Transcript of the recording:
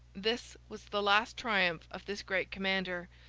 this was the last triumph of this great commander,